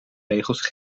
regels